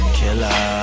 killer